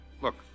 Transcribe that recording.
Look